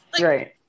Right